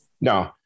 No